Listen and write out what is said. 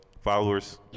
Followers